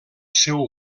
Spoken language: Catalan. seu